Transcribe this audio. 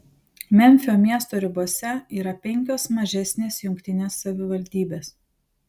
memfio miesto ribose yra penkios mažesnės jungtinės savivaldybės